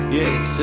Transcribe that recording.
yes